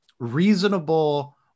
reasonable